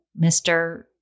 Mr